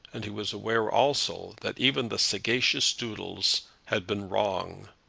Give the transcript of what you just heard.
and he was aware also that even the sagacious doodles had been wrong.